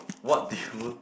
what do you